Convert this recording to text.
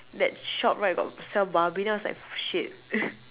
that shop right got sell babi then I was like shit